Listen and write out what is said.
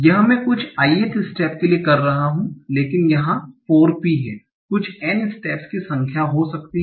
यह मैं कुछ ith स्टेट के लिए कर रहा हूं लेकिन यहा 4 P हैं कुछ N स्टेट्स की संख्या हो सकती है